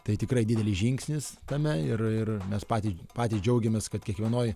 tai tikrai didelis žingsnis tame ir ir mes patys patys džiaugiamės kad kiekvienoj